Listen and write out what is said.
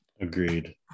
Agreed